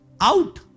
Out